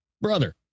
Brother